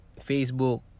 Facebook